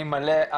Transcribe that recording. אני מלא,